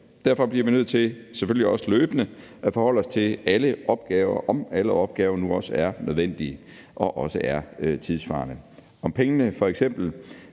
Derfor bliver vi nødt til selvfølgelig også løbende at forholde os til alle opgaver og se, om alle opgaver nu også er nødvendige og tidssvarende, og om pengene f.eks.